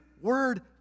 word